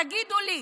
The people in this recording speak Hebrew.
תגידו לי,